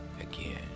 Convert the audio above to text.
Again